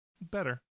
Better